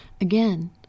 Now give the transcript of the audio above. Again